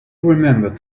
remembered